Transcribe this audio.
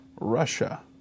Russia